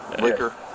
Liquor